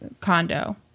condo